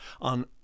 on